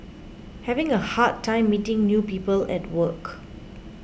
having a hard time meeting new people at work